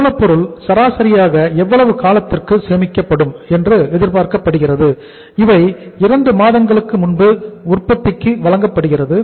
மூலப்பொருள் சராசரியாக எவ்வளவு காலத்திற்கு சேமிக்கப்படும் என்று எதிர்பார்க்கப்படுகிறது இவை 2 மாதங்களுக்கு முன்பு உற்பத்திக்கு வழங்கப்படுகிறது